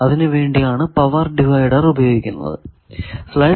അതിനു വേണ്ടി ആണ് പവർ ഡിവൈഡർ